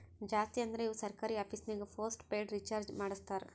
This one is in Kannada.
ಜಾಸ್ತಿ ಅಂದುರ್ ಇವು ಸರ್ಕಾರಿ ಆಫೀಸ್ನಾಗ್ ಪೋಸ್ಟ್ ಪೇಯ್ಡ್ ರೀಚಾರ್ಜೆ ಮಾಡಸ್ತಾರ